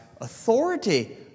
authority